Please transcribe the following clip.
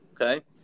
Okay